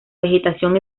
vegetación